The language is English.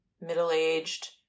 middle-aged